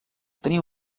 tenir